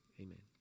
Amen